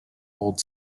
old